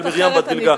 על מרים בת בילגה.